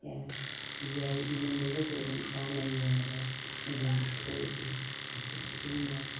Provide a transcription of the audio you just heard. ꯌꯥꯏ ꯃꯃꯟꯗꯨꯒꯁꯨ ꯑꯗꯨꯝ ꯆꯥꯟꯅꯩ ꯌꯦꯡꯕꯗ ꯍꯦꯟꯖꯟꯕꯁꯨ ꯑꯣꯏꯗꯦ ꯃꯆꯨꯁꯨ ꯏꯪꯅ ꯑꯗꯨꯝ ꯐꯖꯩ